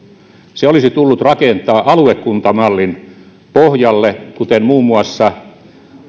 se olisi tullut rakentaa aluekuntamallin pohjalle kuten muun muassa